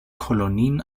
kolonien